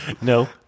No